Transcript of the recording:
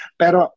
pero